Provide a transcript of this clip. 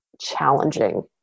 challenging